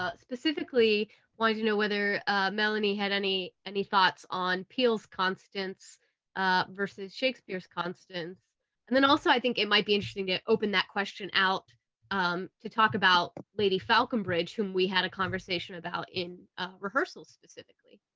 specifically wanting to know whether melanie had any any thoughts on peele's constance versus shakespeare's constance and then also i think it might be interesting to open that question out um to talk about lady falconbridge, whom we had a conversation about in rehearsal specifically.